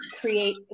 create